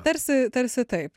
tarsi tarsi taip